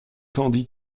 tandis